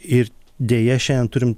ir deja šiandien turim